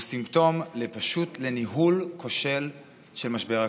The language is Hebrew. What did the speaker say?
הוא סימפטום פשוט לניהול כושל של משבר הקורונה.